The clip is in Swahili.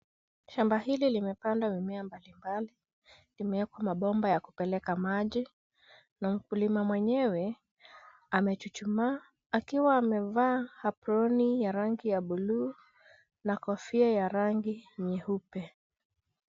Shamba hili limepandwa mimea mbalimbali. Limewekwa mabomba ya kupeleka maji na mkulima mwenyewe amechuchumaa akiwa amevaa aproni ya rangi ya buluu na kofia ya rangi nyeupe.